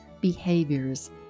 behaviors